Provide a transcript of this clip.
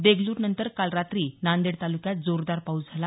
देगलूरनंतर काल रात्री नांदेड तालुक्यात जोरदार पाऊस झाला